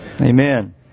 Amen